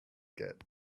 get